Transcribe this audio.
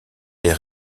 est